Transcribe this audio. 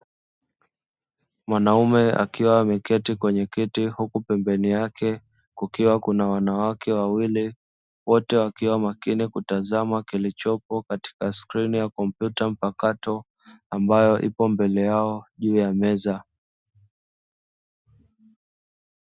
Mwanaume akiwa ameketi kwenye kiti huku pembeni yake kukiwa na wanawake wawili wote wakiwa makini kutazama kilichopo katika skrini ya kompyuta mpakato, ambayo iliyopo mbele yao juu ya meza.